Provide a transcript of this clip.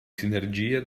sinergia